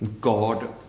God